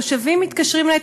תושבים מתקשרים אלי,